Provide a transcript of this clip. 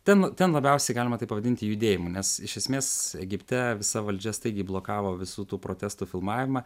ten ten labiausiai galima tai pavadinti judėjimu nes iš esmės egipte visa valdžia staigiai blokavo visų tų protestų filmavimą